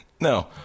No